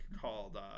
called